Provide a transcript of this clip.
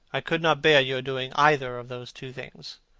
i could not bear your doing either of those two things.